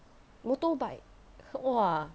motorbike !wah!